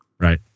Right